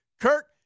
Kirk